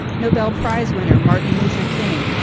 nobel prize winner martin luther king,